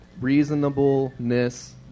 reasonableness